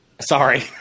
Sorry